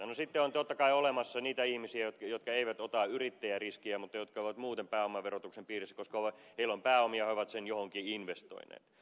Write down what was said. no sitten on totta kai olemassa niitä ihmisiä jotka eivät ota yrittäjäriskiä mutta jotka ovat muuten pääomaverotuksen piirissä koska heillä on pääomia ja he ovat ne johonkin investoineet